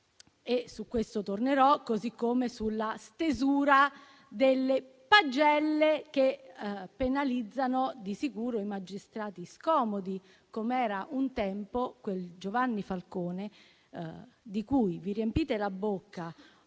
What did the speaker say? argomento tornerò, così come sulla stesura delle pagelle che penalizzano di sicuro i magistrati scomodi, com'era un tempo quel Giovanni Falcone del cui nome vi riempite la bocca